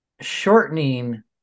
shortening